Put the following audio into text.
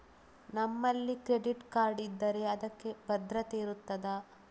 ನಮ್ಮಲ್ಲಿ credit card ಇದ್ದರೆ ಅದಕ್ಕೆ ಭದ್ರತೆ ಇರುತ್ತದಾ?